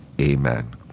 Amen